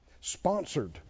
sponsored